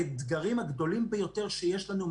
האתגרים הגדולים ביותר שיש לנו,